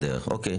אוקיי.